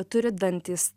turi dantys